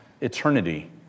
eternity